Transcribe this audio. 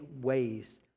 ways